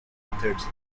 methods